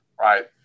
Right